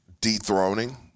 dethroning